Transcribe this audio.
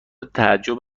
تعجب